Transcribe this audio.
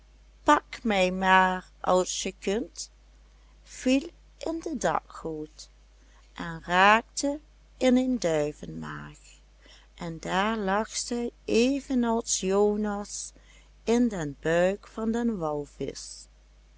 pak mij maar als je kunt viel in de dakgoot en raakte in een duivenmaag en daar lag zij evenals jonas in den buik van den walvisch